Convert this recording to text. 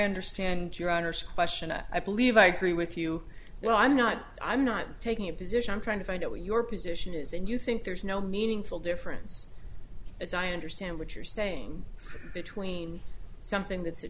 understand your honour's question i believe i agree with you well i'm not i'm not taking a position i'm trying to find out what your position is and you think there's no meaningful difference as i understand what you're saying between something that's a